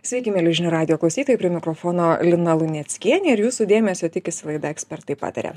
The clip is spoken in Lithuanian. sveiki mieli žinių radijo klausytojai prie mikrofono lina luneckienė ir jūsų dėmesio tikisi laida ekspertai pataria